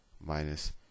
Minus